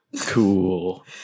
Cool